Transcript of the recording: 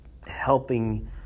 helping